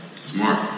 Smart